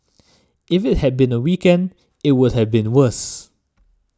if it had been a weekend it would have been worse